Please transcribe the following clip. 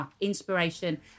inspiration